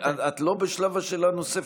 את לא בשלב השאלה הנוספת.